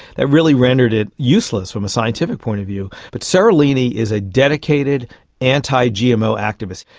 that really rendered it useless from a scientific point of view. but seralini is a dedicated anti-gmo activist.